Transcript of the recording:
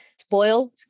spoiled